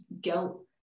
guilt